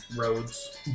Roads